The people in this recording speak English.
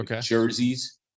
jerseys